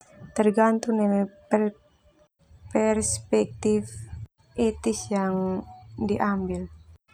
Tergantung neme per-perspektif etis yang diambil.